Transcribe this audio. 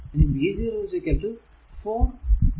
ഇനി v0 4 i 0 ആണ്